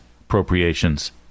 appropriations